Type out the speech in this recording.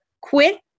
quit